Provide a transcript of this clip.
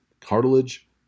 cartilage